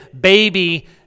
baby